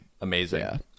Amazing